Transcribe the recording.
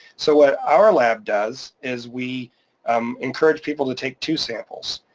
so what our lab does is we um encourage people to take two samples,